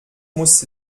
muss